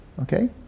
Okay